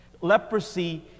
leprosy